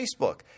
Facebook